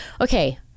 Okay